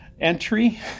entry